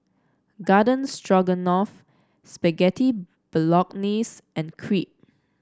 Garden Stroganoff Spaghetti Bolognese and Crepe